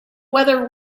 whether